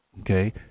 okay